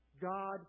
God